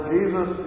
Jesus